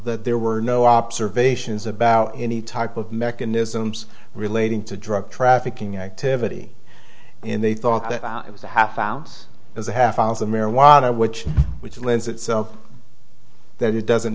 that there were no observations about any type of mechanisms relating to drug trafficking activity in they thought that it was a half ounce as a half ounce of marijuana which which lends itself that it doesn't